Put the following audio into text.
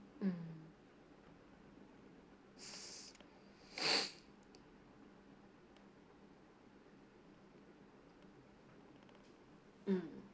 mm mm